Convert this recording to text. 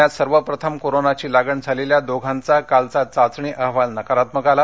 पूण्यात सर्वप्रथम कोरोनाघी लागण झालेल्या दोघांचा कालचा चाचणी अहवाल नकारात्मक आला